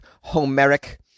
Homeric